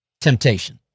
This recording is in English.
temptation